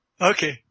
Okay